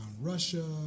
Russia